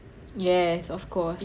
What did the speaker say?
yes of course